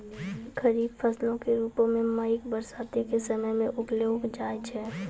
खरीफ फसलो के रुपो मे मकइ बरसातो के समय मे उगैलो जाय छै